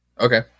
Okay